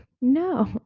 No